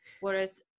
Whereas